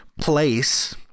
place